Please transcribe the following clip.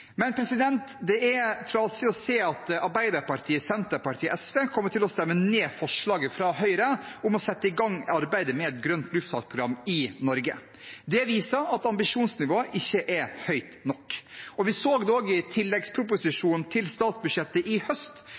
Men det er trasig å se at Arbeiderpartiet, Senterpartiet og SV kommer til å stemme ned forslaget fra Høyre om å sette i gang arbeidet med et grønt luftfartsprogram i Norge. Det viser at ambisjonsnivået ikke er høyt nok. Vi så det også i tilleggsproposisjonen til statsbudsjettet i høst,